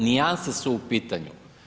Nijanse su u pitanju.